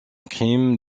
crime